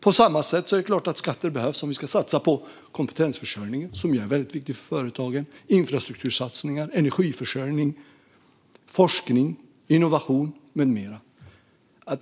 På samma sätt är det klart att skatter behövs om vi ska satsa på kompetensförsörjningen, som ju är väldigt viktig för företagen, och på infrastruktur, energiförsörjning, forskning, innovation med mera.